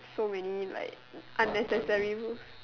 so many like unnecessary rules